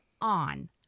on